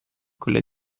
quella